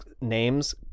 names